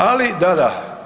Ali da, da.